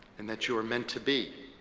and that you are meant to be.